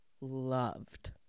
loved